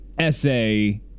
essay